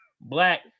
black